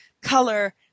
color